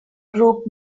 group